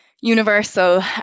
universal